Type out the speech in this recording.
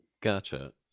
Gotcha